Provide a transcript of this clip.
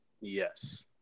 Yes